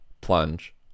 plunge